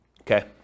Okay